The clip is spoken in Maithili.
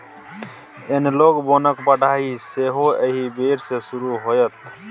एनलॉग बोनक पढ़ाई सेहो एहि बेर सँ शुरू होएत